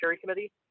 Committee